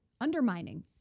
undermining